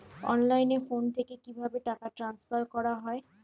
অনলাইনে ফোন থেকে কিভাবে টাকা ট্রান্সফার করা হয়?